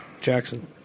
Jackson